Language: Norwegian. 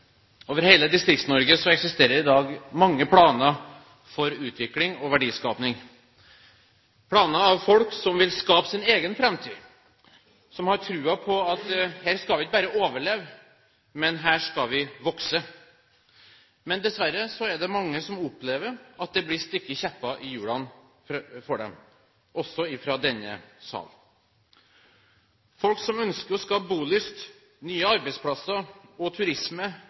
Over hele Distrikts-Norge eksisterer det i dag mange planer for utvikling og verdiskaping – planer lagt av folk som vil skape sin egen framtid, som har troen på at her skal vi ikke bare overleve, men her skal vi vokse. Dessverre er det mange som opplever at det blir stukket kjepper i hjulene for dem, også fra denne salen. Folk som ønsker å skape bolyst, nye arbeidsplasser og turisme,